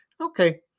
okay